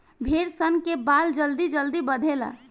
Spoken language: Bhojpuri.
भेड़ सन के बाल जल्दी जल्दी बढ़ेला